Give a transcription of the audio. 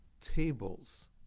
tables